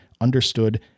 understood